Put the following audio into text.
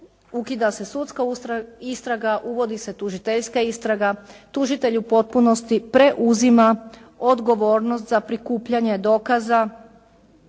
ukida se sudska istraga, uvodi se tužiteljska istraga, tužitelj u potpunosti preuzima odgovornost za prikupljanje dokaza